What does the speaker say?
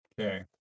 Okay